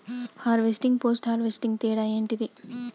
Harvesting, post harvesting తేడా ఏంటి?